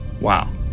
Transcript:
Wow